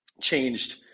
changed